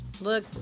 Look